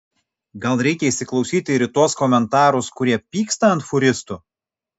gal reikia įsiklausyti ir į tuos komentarus kurie pyksta ant fūristų